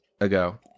ago